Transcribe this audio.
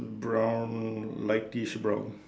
brown lightest brown